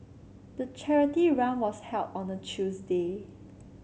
the charity run was held on a Tuesday